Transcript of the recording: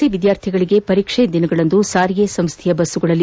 C ವಿದ್ಯಾರ್ಥಿಗಳಿಗೆ ಪರೀಕ್ಷಾ ದಿನಗಳಂದು ಸಾರಿಗೆ ಸಂಸ್ಥೆ ಬಸ್ಸುಗಳಲ್ಲಿ